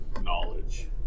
knowledge